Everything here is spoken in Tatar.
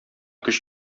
көч